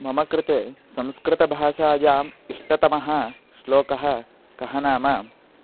मम कृते संस्कृतभाषायाम् इष्टतमः श्लोकः कः नाम